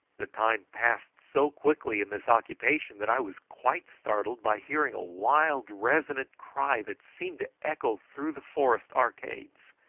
the time passed so quickly in this occupation that i was quite startled by hearing a wild resonant cry that seemed to echo through the forest arcades.